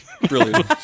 Brilliant